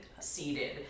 seated